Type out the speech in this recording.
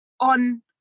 on